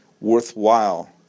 worthwhile